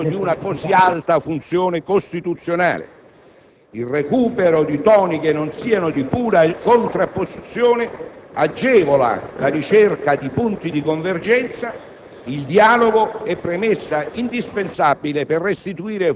inevitabilmente destinate a turbare lo svolgimento di una così alta funzione costituzionale. Il recupero di toni che non siano di pura contrapposizione agevola la ricerca di punti di convergenza.